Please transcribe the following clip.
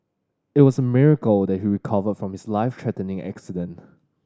it was a miracle that he recovered from his life threatening accident